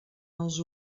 els